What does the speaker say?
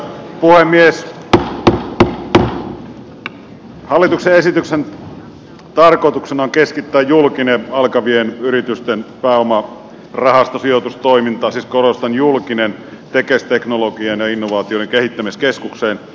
hallituksen esityksen tarkoituksena on keskittää julkinen alkavien yritysten pääomarahastosijoitustoiminta siis korostan julkinen tekesiin teknologian ja innovaatioiden kehittämiskeskukseen